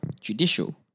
judicial